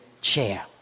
chair